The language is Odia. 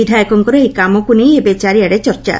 ବିଧାୟକଙ୍କର ଏହି କାମକୁ ନେଇ ଏବେ ଚାରିଆଡେ ଚର୍ଚ୍ଚା